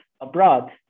abroad